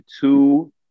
two